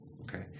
Okay